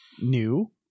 new